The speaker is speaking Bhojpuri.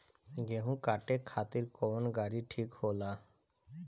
गेहूं काटे खातिर कौन गाड़ी ठीक होला?